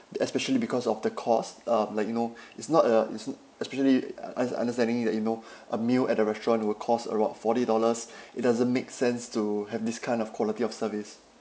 the especially because of the cost um like you know it's not a it's especially uh us understanding that you know a meal at the restaurant will cost about forty dollars it doesn't make sense to have this kind of quality of service